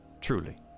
Truly